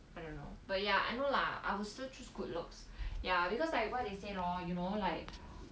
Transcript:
I don't know but ya I know lah I would still choose good looks ya because like what you say lor you know like